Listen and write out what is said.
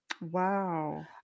Wow